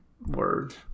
Word